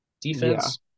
defense